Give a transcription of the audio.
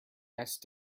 best